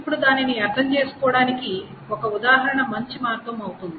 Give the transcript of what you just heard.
ఇప్పుడు దానిని అర్థం చేసుకోవడానికి ఒక ఉదాహరణ మంచి మార్గం అవుతుంది